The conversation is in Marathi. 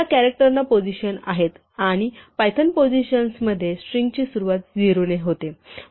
या कॅरॅक्टरना पोझिशन आहेत आणि पायथन पोझिशन्समध्ये स्ट्रिंगची सुरुवात 0 ने होते